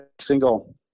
single